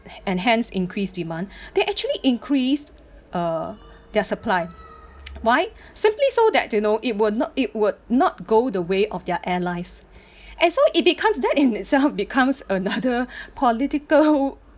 and hence increase demand they actually increased uh their supply why simply so that you know it would not it would not go the way of their allies as long that in itself becomes another political